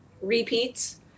repeats